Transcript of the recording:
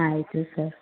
ಆಯಿತು ಸರ್